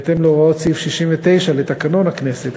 בהתאם להוראות סעיף 69 לתקנון הכנסת,